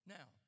Now